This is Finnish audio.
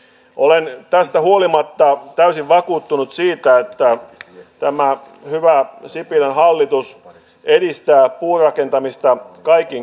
olen päästä huolimatta täysin vakuuttunut siitä että tämä on hyvä asia kyllä hallitus edistää puurakentamista kaikin